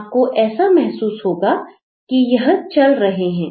आपको ऐसा महसूस होगा कि यह चल रहे हैं